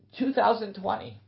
2020